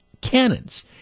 cannons